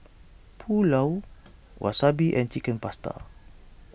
Pulao Wasabi and Chicken Pasta